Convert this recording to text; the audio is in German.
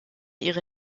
ihre